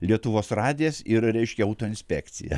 lietuvos radijas ir reiškia autoinspekcija